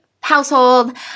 household